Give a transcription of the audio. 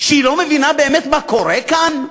שהיא לא מבינה באמת מה קורה כאן.